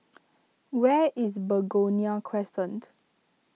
where is Begonia Crescent